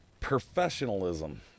professionalism